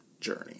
journey